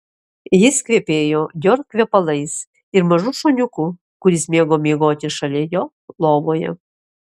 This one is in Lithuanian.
jis kvepėjo dior kvepalais ir mažu šuniuku kuris mėgo miegoti šalia jo lovoje